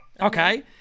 Okay